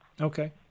Okay